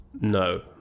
No